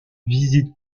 visite